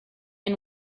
and